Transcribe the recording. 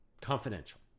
Confidential